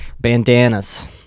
bandanas